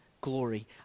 glory